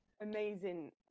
amazing